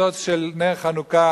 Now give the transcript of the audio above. ניצוץ של נר חנוכה,